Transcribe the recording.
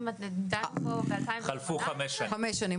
חלפו חמש שנים.